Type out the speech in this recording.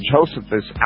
Josephus